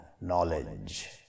knowledge